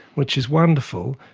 which is wonderful.